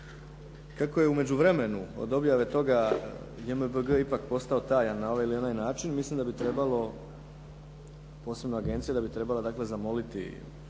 Kako je u međuvremenu od objave toga JMBG ipak postao tajan na ovaj ili onaj način, mislim da bi trebalo, posebno agencije da bi trebalo dakle zamoliti